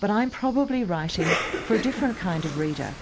but i'm probably writing for a different kind of reader,